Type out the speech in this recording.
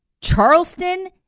Charleston